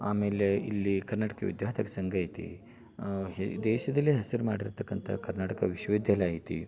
ಆಮೇಲೆ ಇಲ್ಲಿ ಕರ್ನಾಟಕ ವಿದ್ಯಾತಕ ಸಂಘ ಐತಿ ಹೇ ದೇಶದಲ್ಲಿ ಹೆಸ್ರು ಮಾಡಿರತಕ್ಕಂಥ ಕರ್ನಾಟಕ ವಿಶ್ವವಿದ್ಯಾಲಯ ಐತಿ